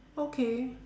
okay